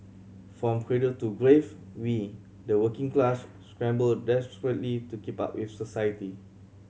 from cradle to grave we the working class scramble desperately to keep up with society